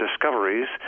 discoveries